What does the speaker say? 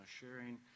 sharing